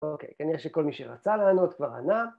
אוקיי, כנראה שכל מי שרצה לענות כבר ענה.